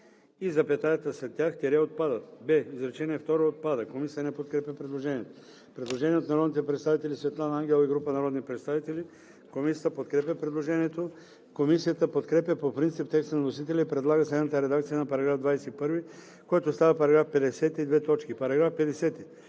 и запетаята след тях – отпадат. б) изречение второ – отпада.“ Комисията не подкрепя предложението. Предложение от народния представител Светлана Ангелова и група народни представители. Комисията подкрепя предложението. Комисията подкрепя по принцип текста на вносителя и предлага следната редакция на § 21. който става § 50: „§ 50.